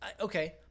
Okay